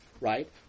right